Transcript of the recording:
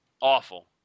Awful